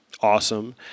Awesome